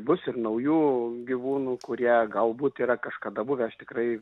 bus ir naujų gyvūnų kurie galbūt yra kažkada buvę aš tikrai